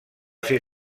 ser